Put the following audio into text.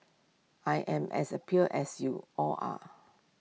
I am as appalled as you all are